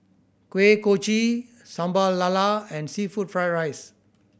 Kuih Kochi Sambal Lala and seafood fried rice